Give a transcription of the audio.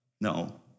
No